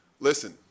Listen